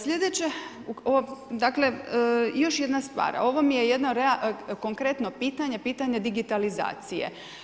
Sljedeće, dakle, još jedna stvar, ovo vam je jedno konkretno pitanje, pitanje digitalizacije.